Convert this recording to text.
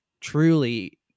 truly